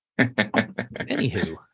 Anywho